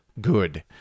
good